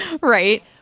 Right